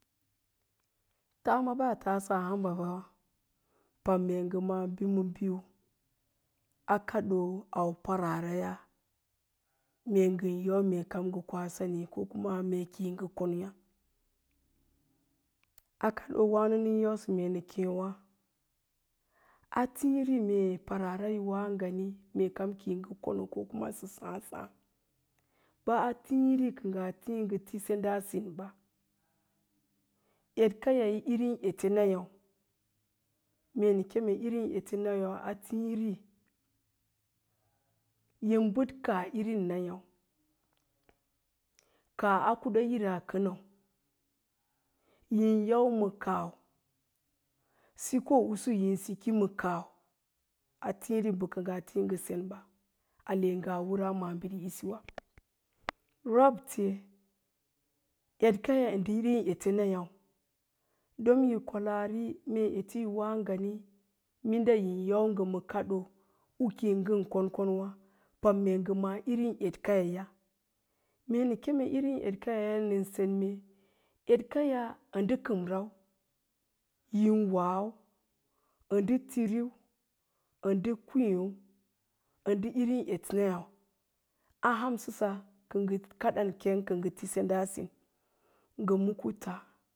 Taama baa taasa hamba ba, pam mee ngə ma'á bi ma bin a kaɗoo au paraa raya, mee ngən yau ngə koa sani mee yin yau mee yi kə ngə konya, a kaɗoowáno unən yausə mee nə kééwá, a tííri mee paraara yi woa ngani mee kam kiyi ngə kono ko kuma sə sáásáá, bə a tííri kə ngaa tii ngə ti sanɗa a sinɓa, eɗkaya ən irin etenayáu? Me en keme irin ete nayáu? A tíírí, yin bəɗ kaah irin nayáu? Kaah a kuda'ira kənən, yin yau ma kaahw, sikoo'usu yin siki ma kaahw, atííri bə kə ngaa tíí ngə sengge ba, ale ngaa wəraa maabiri, isiwa, rabte, edkaya ndə irin ete nayáu? Don yi kwalaari mee ete yi woa ngani minɗa yin yau ngə ma kaɗoo mie ki yi ngən konkonwá, pam mee ngə ma'á irin eɗkayaya, irin eɗkayayaa nən sen mee eɗkaya, ə ndə kemrau, yin wau ə ndə tiriíi, ə ndə kwíí ú ə ndə irin eɗnayáu? A hausəsa kə ngə kadan keng kə ngə ti senda a sin ngə mudkə ta